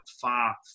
far